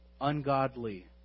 ungodly